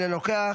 אינו נוכח,